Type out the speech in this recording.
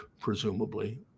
presumably